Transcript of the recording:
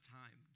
time